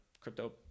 crypto